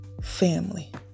family